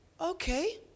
okay